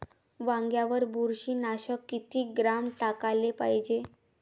वांग्यावर बुरशी नाशक किती ग्राम टाकाले पायजे?